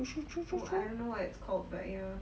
true true true true true